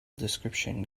description